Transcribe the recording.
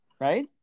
right